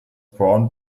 brown